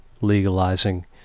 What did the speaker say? legalizing